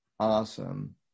awesome